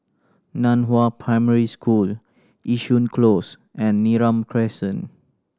Nan Hua Primary School Yishun Close and Neram Crescent